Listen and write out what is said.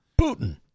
Putin